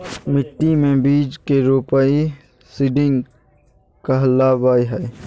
मिट्टी मे बीज के रोपाई सीडिंग कहलावय हय